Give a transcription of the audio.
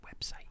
website